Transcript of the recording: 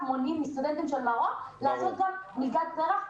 מונעים מסטודנטים של מרום לעשות גם מלגת פר"ח,